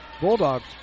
Bulldogs